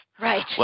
Right